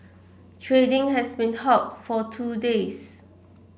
trading had been halted for two days